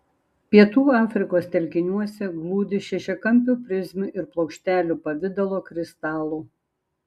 pietų afrikos telkiniuose glūdi šešiakampių prizmių ir plokštelių pavidalo kristalų